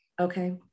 Okay